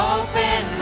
open